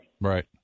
right